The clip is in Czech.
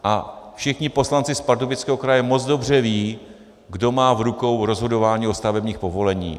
A všichni poslanci Pardubického kraje moc dobře vědí, kdo má v rukou rozhodování o stavebních povoleních.